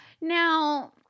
Now